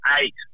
eight